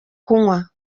kunywa